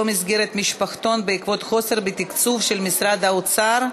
מסגרת משפחתון עקב אי-תקצוב של משרד האוצר,